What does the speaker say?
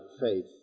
faith